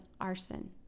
arson